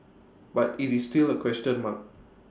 but IT is still A question mark